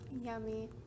yummy